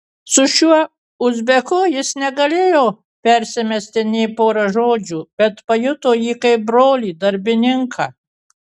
su šiuo uzbeku jis negalėjo persimesti nė pora žodžių bet pajuto jį kaip brolį darbininką